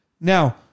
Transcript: Now